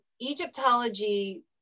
Egyptology